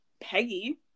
Peggy